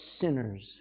sinners